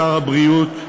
לשר הבריאות,